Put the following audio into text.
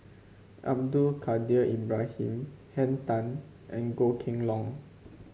Abdul Kadir Ibrahim Henn Tan and Goh Kheng Long